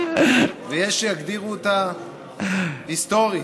ויש שיגדירו אותה היסטורית.